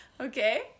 Okay